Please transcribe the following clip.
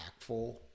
impactful